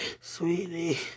Sweetie